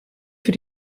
für